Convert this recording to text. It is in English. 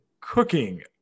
cooking